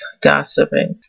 gossiping